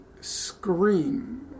scream